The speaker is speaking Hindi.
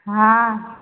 हाँ